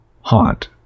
haunt